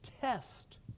test